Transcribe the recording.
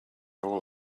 all